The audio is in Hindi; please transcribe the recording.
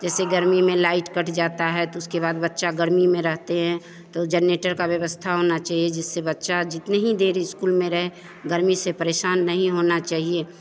जैसे गर्मी में लाइट कट जाती है तो उसके बाद बच्चे गर्मी में रहते हैं तो जनरेटर की व्यवस्था होनी चाहिए जिससे बच्चा जितनी ही देर इस्कूल में रहे गर्मी से परेशान नहीं होना चाहिए